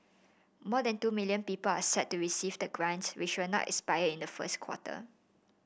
more than two million people are set to receive the grant which will not expire in the first quarter